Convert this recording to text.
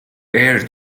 aired